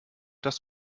dass